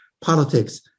politics